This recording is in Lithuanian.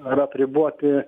ar apriboti